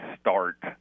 start